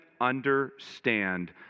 understand